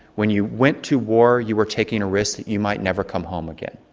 when you went to war you were taking a risk that you might never come home again.